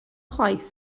chwaith